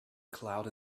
cloud